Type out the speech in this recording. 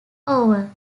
over